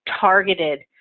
targeted